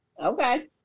Okay